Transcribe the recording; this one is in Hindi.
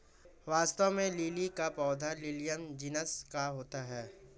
वास्तव में लिली का पौधा लिलियम जिनस का होता है